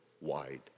wide